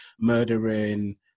murdering